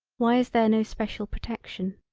why is there no special protection.